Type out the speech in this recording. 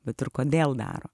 bet ir kodėl daro